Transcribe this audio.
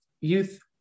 youth